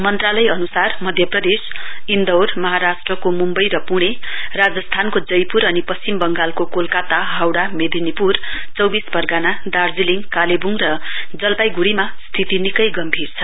मन्त्रालय अनुसार मध्यप्रदेश इन्दौर महाराष्ट्रको मुम्वई र पुणे राजस्थानको जयपुर अनि पश्चिम वंगालको कोलकता हावड़ा मेदिनीपुर चौविस परगना दार्जीलिङ कालेबुङ र जलपाईगुड़ीमा स्थिति निकै गम्मीर छ